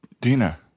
Dina